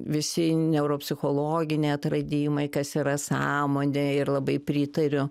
visi neuropsichologiniai atradimai kas yra sąmonė ir labai pritariu